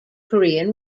korean